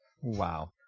Wow